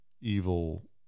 evil